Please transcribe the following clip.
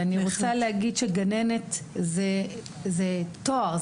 גננת זה תואר,